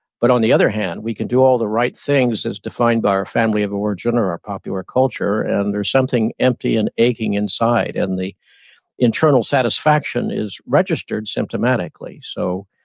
but on the other hand, we can do all the right things, as defined by our family of origin or our popular culture, and there's something empty and aching inside. and the internal satisfaction is registered symptomatically. so,